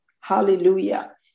hallelujah